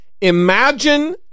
Imagine